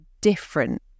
different